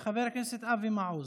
חבר הכנסת אבי מעוז,